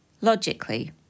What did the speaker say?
Logically